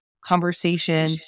conversation